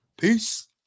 Peace